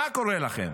מה קורה לכם?